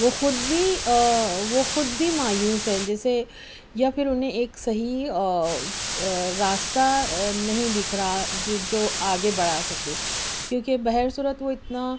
وہ خود بھی وہ خود بھی مایوس ہے جیسے یا پھر انھیں ایک صحیح راستہ نہیں دکھ رہا جو جو آگے بڑھا سکے کیونکہ بہر صورت وہ اتنا